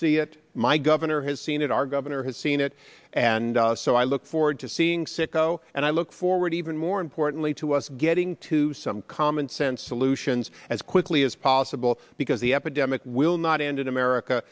see it my governor has seen it our governor has seen it and so i look forward to seeing sicko and i look forward even more importantly to us getting to some common sense solutions as quickly as possible because the epidemic will not end in america